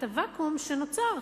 את הוואקום שנוצר,